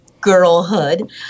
girlhood